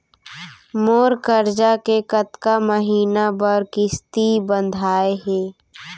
मोर करजा के कतका महीना बर किस्ती बंधाये हे?